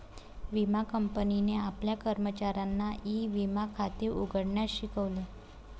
विमा कंपनीने आपल्या कर्मचाऱ्यांना ई विमा खाते उघडण्यास शिकवले